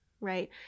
right